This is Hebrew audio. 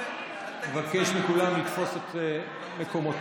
נבקש מכולם לתפוס את מקומותיהם.